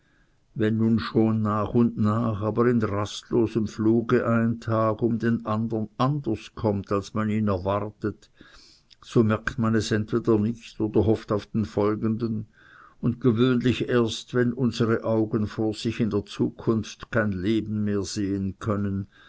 wenn nun schon nach und nach aber in rastlosem fluge ein tag um den andern anders kommt als man ihn erwartet so merkt man es entweder nicht oder hofft auf den folgenden und gewöhnlich erst wenn unsere augen vor sich in zukunft kein leben mehr sehen können